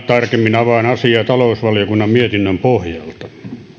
tarkemmin avaan asiaa talousvaliokunnan mietinnön pohjalta